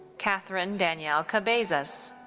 katherine danielle cabezas.